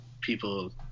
people